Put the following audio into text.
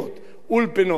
ישיבות הסדר